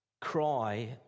cry